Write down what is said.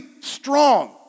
strong